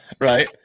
Right